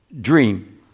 dream